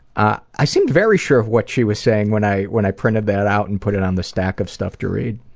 i i seemed very sure of what she was saying when i when i printed that out and put it on the stack of stuff to read.